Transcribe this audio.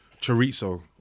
Chorizo